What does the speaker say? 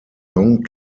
long